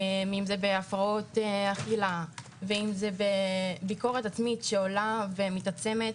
אם זה בהפרעות אכילה ואם זה בביקורת עצמית שעולה ומתעצמת.